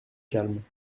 calme